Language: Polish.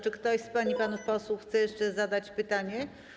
Czy ktoś z pań i panów posłów chce jeszcze zadać pytanie?